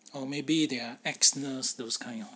or maybe they are ex nurse those kind hor